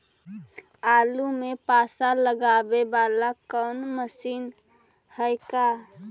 आलू मे पासा लगाबे बाला कोइ मशीन है का?